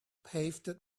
paved